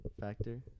factor